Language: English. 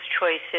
choices